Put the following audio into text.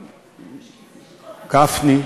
גפני,